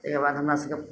तैके बाद हमरा सबके